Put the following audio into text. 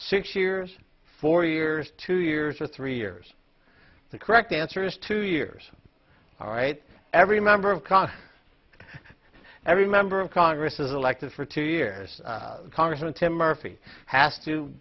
six years four years two years or three years the correct answer is two years all right every member of congress every member of congress is elected for two years congressman tim murphy has to